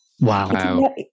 Wow